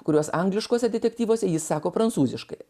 kuriuos angliškuose detektyvuose jis sako prancūziškai